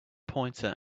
pointer